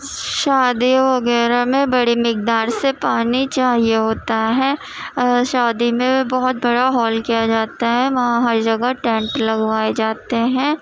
شادیوں وغیرہ میں بڑی مقدار سے پانی چاہیے ہوتا ہے اور شادی میں بہت بڑا ہال کیا جاتا ہے وہاں ہر جگہ ٹینٹ لگوائے جاتے ہیں